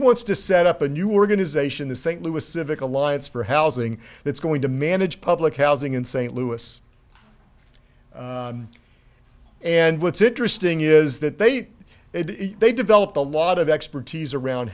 wants to set up a new organization the st louis civic alliance for housing that's going to manage public housing in st louis and what's interesting is that they it they developed a lot of expertise around